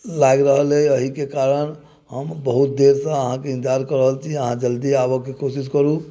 लागि रहल अइ एहिके कारण हम बहुत देरसँ अहाँके इन्तजार कऽ रहल छी अहाँ जल्दी आबयके कोशिश करू